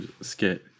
skit